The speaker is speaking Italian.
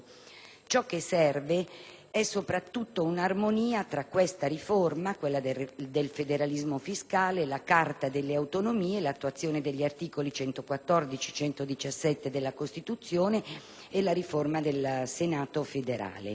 Ciò che serve è soprattutto un'armonia tra la riforma del federalismo fiscale, la Carta delle autonomie, l'attuazione degli articoli 114 e 117 della Costituzione e la riforma del Senato federale.